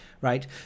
right